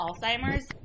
Alzheimer's